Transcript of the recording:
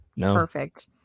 perfect